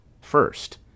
First